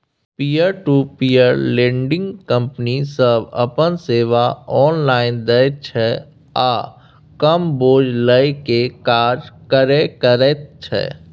peer to peer lending company सब अपन सेवा ऑनलाइन दैत छै आ कम बोझ लेइ के काज करे करैत छै